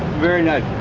very nice.